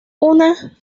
una